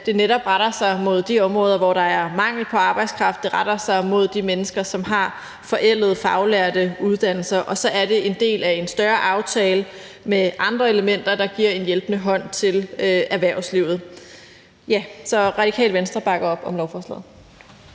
det netop retter sig mod de områder, hvor der er mangel på arbejdskraft. Det retter sig mod de mennesker, som har forældede faglærte uddannelser, og så er det en del af en større aftale med andre elementer, der giver en hjælpende hånd til erhvervslivet. Så Radikale Venstre bakker op om lovforslaget.